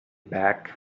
back